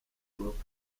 klopp